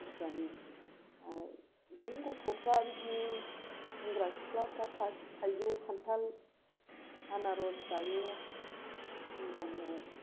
आमथिसुवानि बिदिनो गथ'फ्रा बिदिनो सेंग्रा सिख्लाफ्रा थाइजौ खान्थाल आनारस जायो जों गामियाव